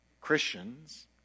Christians